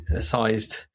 sized